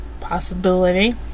Possibility